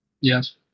Yes